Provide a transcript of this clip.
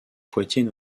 poitiers